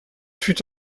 fut